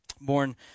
born